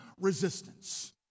resistance